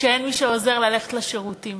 כשאין מי שעוזר ללכת לשירותים.